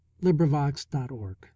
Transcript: LibriVox.org